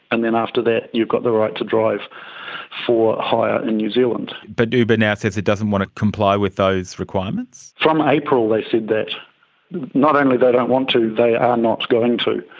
and then after that you got the right to drive for hire in new zealand. but uber now says it doesn't want to comply with those requirements? from april they said that not only they don't want to, they are not going to,